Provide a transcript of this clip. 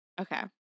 Okay